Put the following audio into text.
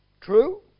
True